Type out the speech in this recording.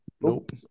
nope